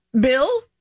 Bill